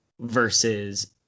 versus